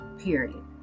period